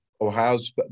Ohio's